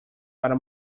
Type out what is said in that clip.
para